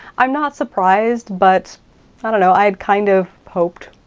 i'm not surprised, but i don't know, i had kind of hoped.